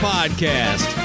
Podcast